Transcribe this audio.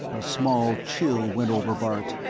a small chill went over bart.